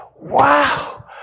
wow